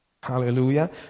Hallelujah